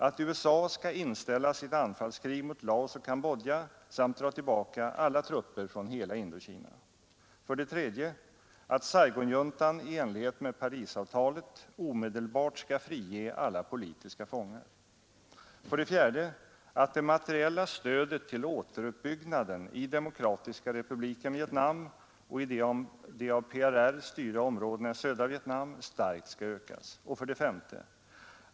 Att USA skall inställa sitt anfallskrig mot Laos och Kambodja samt dra tillbaka alla trupper från hela Indokina. 3. Att Saigonjuntan i enlighet med Parisavtalet omedelbart skall frige alla politiska fångar. 4. Att det materiella stödet till återuppbyggnaden i Demokratiska republiken Vietnam och i de av PRR styrda områdena i södra Vietnam starkt skall ökas. 5.